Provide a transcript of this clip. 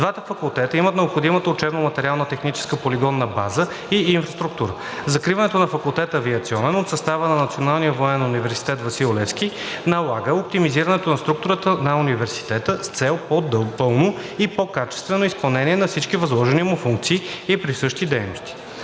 Двата факултета имат необходимата учебно-материална, техническа, полигонна база и инфраструктура. Закриването на факултет „Авиационен“ от състава на Националния военен университет „Васил Левски“ налага оптимизирането на структурата на университета с цел по-пълно и по-качествено изпълнение на всички възложени му функции и присъщи дейности.